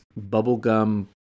bubblegum